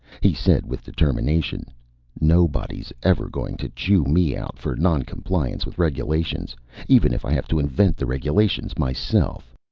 he said with determination nobody's ever going to chew me out for non-compliance with regulations even if i have to invent the regulations myself!